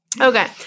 Okay